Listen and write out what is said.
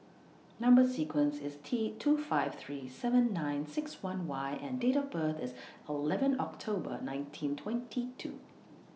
Number sequence IS T two five three seven nine six one Y and Date of birth IS O eleven October nineteen twenty two